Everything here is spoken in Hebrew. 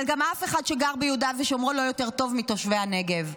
אבל גם אף אחד שגר ביהודה ושומרון לא יותר טוב מתושבי הנגב.